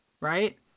right